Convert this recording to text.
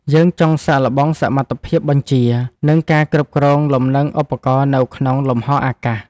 យើងចង់សាកល្បងសមត្ថភាពបញ្ជា និងការគ្រប់គ្រងលំនឹងឧបករណ៍នៅក្នុងលំហអាកាស។